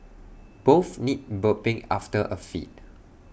both need burping after A feed